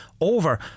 over